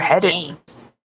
games